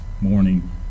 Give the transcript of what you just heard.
morning